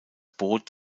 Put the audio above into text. boot